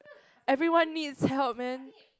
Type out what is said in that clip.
everyone needs help man